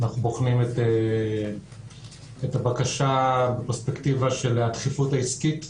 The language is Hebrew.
אנחנו בוחנים את הבקשה בפרספקטיבה של הדחיפות העסקית,